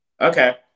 Okay